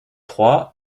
trois